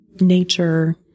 nature